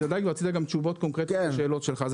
הדיג ורצית גם תשובות קונקרטיות לשאלות שלך.